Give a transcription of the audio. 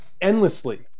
endlessly